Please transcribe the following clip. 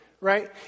right